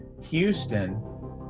Houston